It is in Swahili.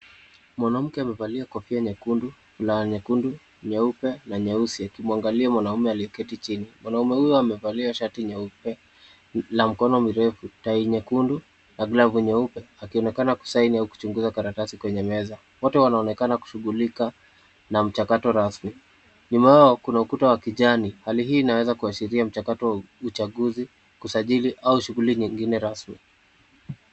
Mwanamke amevalia kofia nyekundu, fulana nyekundu, nyeupe na nyeusi akimwangalia mwanaume aliyeketi chini. Mwanaume huyo amevalia shati nyeupe la mikono mirefu, tai nyekundu na glavu nyeupe akionekana ku sign au kuchunguza karatasi kwenye meza. Wote wanaonekana kushughulika na mchakato rasmi. Nyuma yao kuna ukuta wa kijani. Hali hii inaweza kuashiriamchakato wa uchaguzi, usajili au mchakato mwingine rasmi.